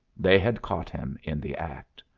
they had caught him in the act.